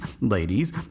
ladies